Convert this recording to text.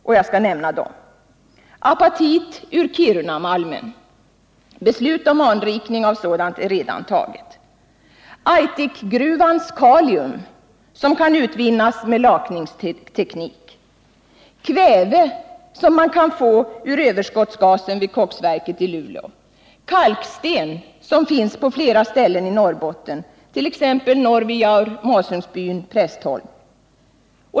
Apatit finns i Kirunamalmen, och beslut om anrikning är redan taget. Aitikgruvan har kalium, som kan utvinnas med lakningsteknik. Kväve kan man få ur överskottsgasen vid koksverket i Luleå. Kalksten finns på flera ställen i Norrbotten .